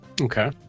Okay